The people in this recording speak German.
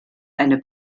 eine